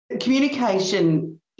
Communication